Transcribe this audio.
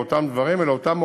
באותם דברים,